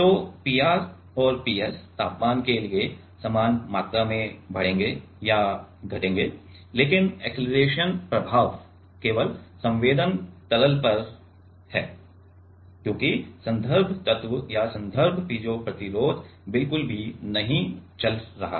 तो P r और P s तापमान के लिए समान मात्रा में बढ़े या घटेंगे लेकिन अक्सेलरेशन प्रभाव केवल संवेदन तरल पर है क्योंकि संदर्भ तत्व या संदर्भ पीजो प्रतिरोध बिल्कुल भी नहीं चल रहा है